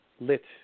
lit